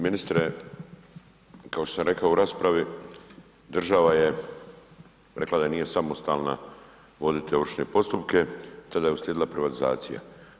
Ministre, kao što sam rekao u raspravi država je rekla da nije samostalna voditi ovršne postupke, tada je uslijedila privatizacija.